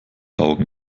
augen